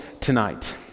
tonight